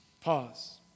Pause